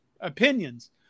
opinions